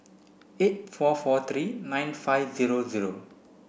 eight four four three nine five zero zero